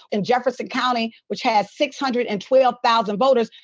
in jefferson county, which has six hundred and twelve thousand voters,